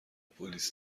پلیس